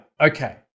Okay